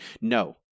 no